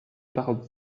pardon